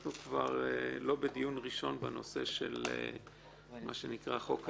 אנחנו כבר לא בדיון ראשון בנושא של מה שנקרא "חוק היועמ"שים,